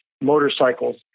motorcycles